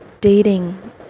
dating